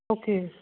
okay